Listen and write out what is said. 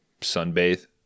sunbathe